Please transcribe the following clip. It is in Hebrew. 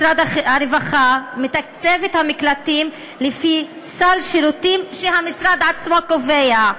משרד הרווחה מתקצב את המקלטים לפי סל שירותים שהמשרד עצמו קובע,